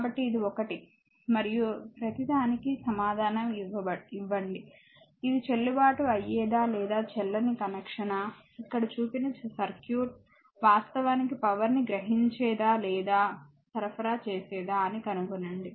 కాబట్టి ఇది ఒకటి మరియు ప్రతిదానికీ సమాధానం ఇవ్వండి ఇది చెల్లుబాటు అయ్యేదా లేదా చెల్లని కనెక్షనా ఇక్కడ చూపిన సర్క్యూట్ వాస్తవానికి పవర్ ని గ్రహించేదా లేదా సరఫరా చేసేదా అని కనుగొనండి